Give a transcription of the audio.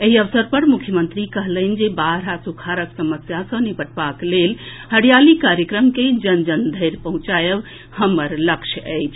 एहि अवसर पर मुख्यमंत्री कहलनि जे बाढ़ आ सूखाड़क समस्या सँ निबटबाक लेल हरियाली कार्यक्रम के जन जन धरि पहुंचाएब हमर लक्ष्य अछि